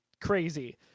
crazy